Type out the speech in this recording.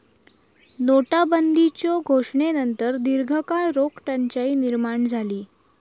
नोटाबंदीच्यो घोषणेनंतर दीर्घकाळ रोख टंचाई निर्माण झाली